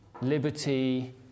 Liberty